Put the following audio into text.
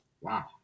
Wow